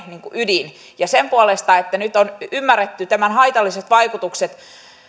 ydin sen puolesta että nyt on ymmärretty tämän haitalliset vaikutukset